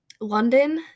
London